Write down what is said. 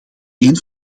een